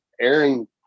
Aaron